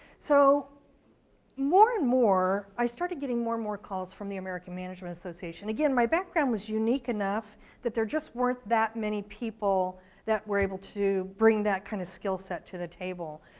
so more and more, i started getting more and more calls from the american management association, again my background was unique enough that there just weren't that many people that were able to bring that kind of skill set to the table.